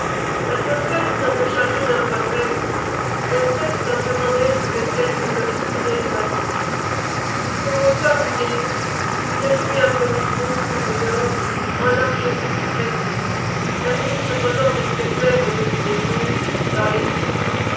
l'atmosphère semble chargée d'un poids très lourd elle cesse lentement d'être de celles que peut respirer l'humanité comme aux soirs du déluge une pluie inconnue tombe au dehors en larges gouttes pressées la nuit cependant reste claire au-dessus des ombres dans les cieux